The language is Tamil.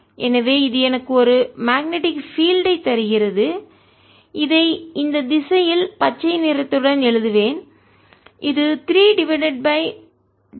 எனவே இது எனக்கு ஒரு மேக்னெட்டிக் பீல்டு காந்தப்புலத்தை தருகிறது இதை இந்த திசையில் பச்சை நிறத்துடன் எழுதுவேன் இது 3 டிவைடட் பை 2 M